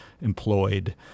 employed